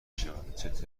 شود